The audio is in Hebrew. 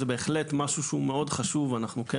זה בהחלט משהו שהוא מאוד חשוב ואנחנו כן